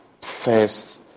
first